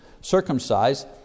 circumcised